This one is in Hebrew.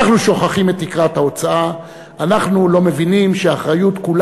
אנחנו שוכחים את תקרת ההוצאה,